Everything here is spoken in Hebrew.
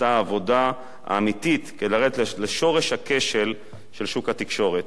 נעשתה העבודה האמיתית כדי לרדת לשורש הכשל של שוק התקשורת.